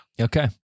Okay